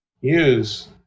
use